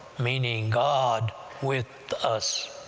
meaning, god with us,